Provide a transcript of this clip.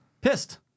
Pissed